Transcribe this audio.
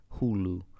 Hulu